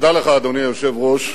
אדוני היושב-ראש,